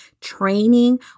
training